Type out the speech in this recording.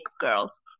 girls